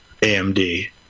AMD